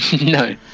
No